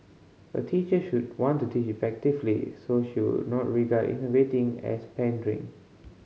a teacher should want to teach effectively so she would not regard innovating as pandering